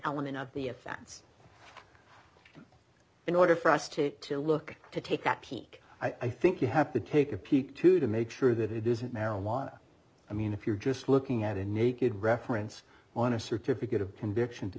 element of the offense in order for us to to look to take a peek i think you have to take a peek to to make sure that it isn't marijuana i mean if you're just looking at a naked reference on a certificate of conviction to